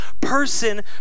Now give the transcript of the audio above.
person